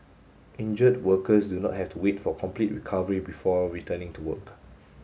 injured workers do not have to wait for complete recovery before returning to work